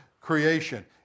creation